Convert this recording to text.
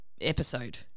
episode